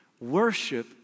Worship